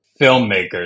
filmmakers